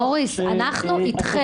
מוריס, אנחנו איתכם.